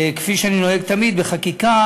כפי שאני נוהג תמיד בחקיקה,